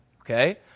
Okay